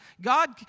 God